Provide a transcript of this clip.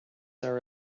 are